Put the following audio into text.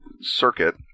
circuit